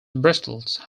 bristles